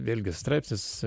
vėlgi straipsnis